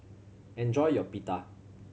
enjoy your Pita